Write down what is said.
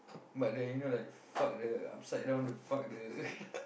but the you know like fuck the upside down the fuck the